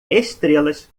estrelas